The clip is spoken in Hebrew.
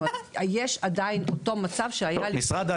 יש עדיין את אותו מצב שהיה לפני חודש.